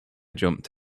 jumped